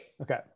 Okay